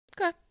Okay